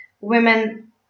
women